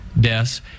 deaths